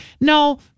No